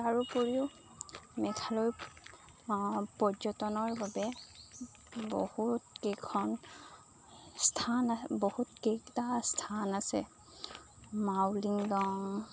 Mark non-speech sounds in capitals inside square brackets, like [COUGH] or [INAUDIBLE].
তাৰোপৰিও মেঘালয় পৰ্যটনৰ বাবে বহুতকেইখন স্থান [UNINTELLIGIBLE] বহুতকেইকটা স্থান আছে মাউলিংগং